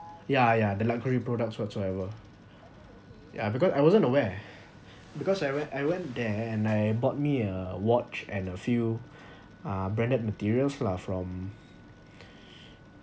ya ya the luxury products whatsoever yeah because I wasn't aware because I went I went there and I bought me a watch and a few uh branded materials lah from